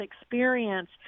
experience